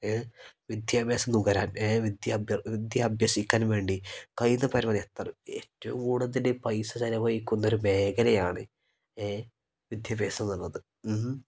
ഏ വിദ്യാഭ്യാസം നുകരാൻ ഏ വിദ്യ വിദ്യ അഭ്യസിക്കാൻ വേണ്ടി കഴിയുന്ന പരമാവതി എത്ര ഏറ്റവും കൂടുതൽ പൈസ ചെലവഴിക്കുന്ന ഒരു മേഖലയാണ് ഏ വിദ്യാഭ്യാസം എന്ന് ഉള്ളത് മ്